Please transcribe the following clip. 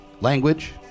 language